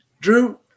Drew